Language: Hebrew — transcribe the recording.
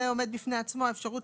זה עומד בפני עצמו האפשרות